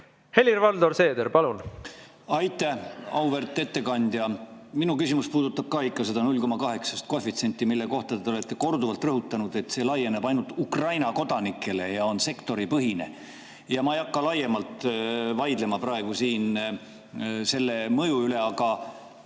Helir-Valdor Seeder, palun! Aitäh! Auväärt ettekandja! Minu küsimus puudutab ka ikka seda koefitsienti, mille kohta te olete korduvalt rõhutanud, et see laieneb ainult Ukraina kodanikele ja on sektoripõhine. Ma ei hakka praegu laiemalt vaidlema siin selle mõju üle. Aga